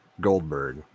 goldberg